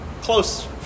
close